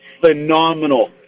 phenomenal